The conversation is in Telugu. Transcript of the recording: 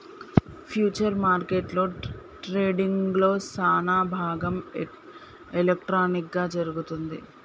ఫ్యూచర్స్ మార్కెట్లో ట్రేడింగ్లో సానాభాగం ఎలక్ట్రానిక్ గా జరుగుతుంది